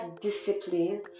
discipline